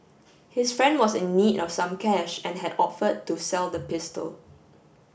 his friend was in need of some cash and had offered to sell the pistol